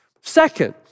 Second